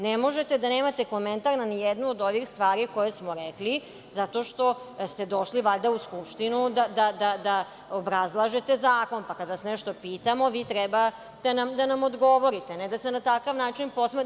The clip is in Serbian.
Ne možete da nemate komentar ni na jednu od ovih stvari koje smo rekli, zato što ste, valjda, došli u Skupštinu da obrazlažete zakon, i kada vas nešto pitamo vi treba da nam odgovorite, a ne da se na takav način podsmevate.